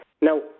Now